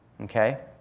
Okay